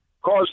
cause